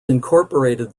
incorporated